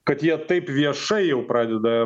kad jie taip viešai jau pradeda